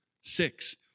six